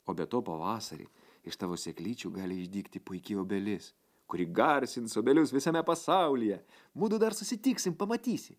o be to pavasarį iš tavo sėklyčių gali išdygti puiki obelis kuri garsins obelius visame pasaulyje mudu dar susitiksim pamatysi